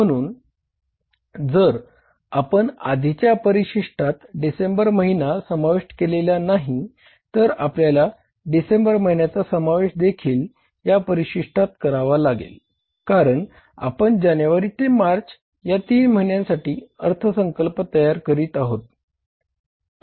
म्हणून जरी आपण आधीच्या परिशिष्टात डिसेंबर महिना समाविष्ट केलेला नाही तरी आपल्याला डिसेंबर महिन्याचा समावेश देखील या परिशिष्टात करावा लागेल कारण आपण जानेवारी ते मार्च या तीन महिन्यांसाठी अर्थसंकल्प तयार करीत आहोत